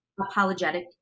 apologetic